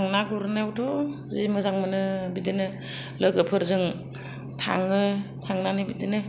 आं ना गुरनायावथ' जि मोजां मोनो बिदिनो लोगोफोरजों थाङो थांनानै बिदिनो